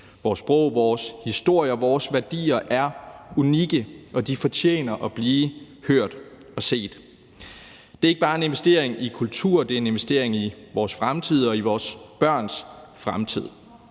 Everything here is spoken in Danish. Vores sprog, vores historie og vores værdier er unikke, og de fortjener at blive hørt og set. Det er ikke bare en investering i kultur, men det er også en investering i vores fremtid og i vores børns fremtid.